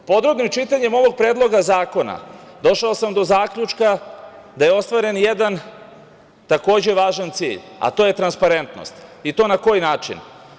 Podrobnim čitanjem ovog Predloga zakona došao sam do zaključka da je ostvaren jedan takođe važan cilj, a to je transparentnost i to na koji način?